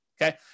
okay